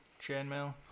chainmail